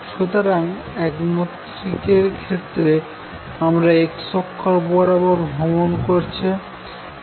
সুতরাং একমাত্রিক এর ক্ষেত্রে আমরা x অক্ষ বরাবর ভ্রমন করছে